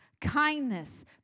kindness